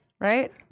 right